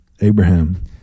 Abraham